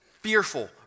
fearful